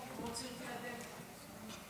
--- חברת הכנסת בן ארי,